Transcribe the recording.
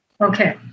Okay